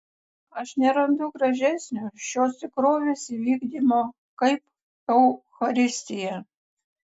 aš nerandu gražesnio šios tikrovės įvykdymo kaip eucharistija